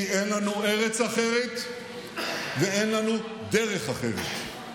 כי אין לנו ארץ אחרת ואין לנו דרך אחרת.